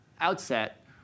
outset